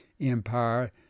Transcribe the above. empire